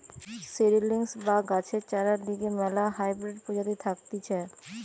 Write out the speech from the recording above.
seedlings বা গাছের চরার লিগে ম্যালা হাইব্রিড প্রজাতি থাকতিছে